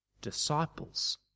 disciples